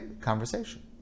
conversation